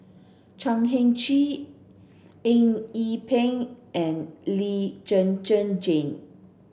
Chan Heng Chee Eng Yee Peng and Lee Zhen Zhen Jane